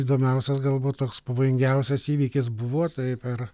įdomiausias galbūt toks pavojingiausias įvykis buvo tai per